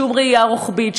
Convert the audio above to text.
שום ראייה רוחבית,